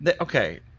okay